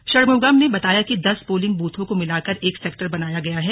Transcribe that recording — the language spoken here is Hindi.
षणमुगम ने बताया कि दस पोलिंग बूथों को मिलाकर एक सेक्टर बनाया गया है